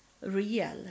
real